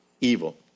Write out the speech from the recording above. evil